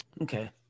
Okay